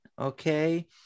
Okay